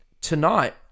tonight